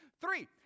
three